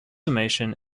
summation